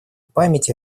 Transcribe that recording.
памяти